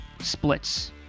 splits